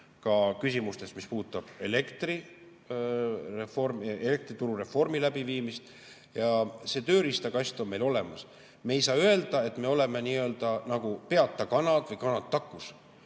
ka küsimustest, mis puudutavad elektrituru reformi läbiviimist. See tööriistakast on meil olemas. Me ei saa öelda, et me oleme nagu peata kanad või kanad takus.